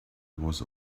was